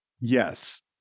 Yes